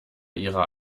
ihrer